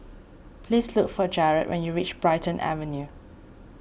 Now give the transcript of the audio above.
please look for Jarrod when you reach Brighton Avenue